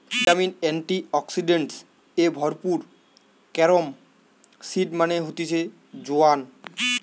vitamin, antioxidants এ ভরপুর carom seed মানে হতিছে জোয়ান